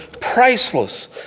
priceless